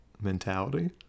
mentality